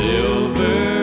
Silver